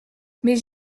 mais